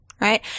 right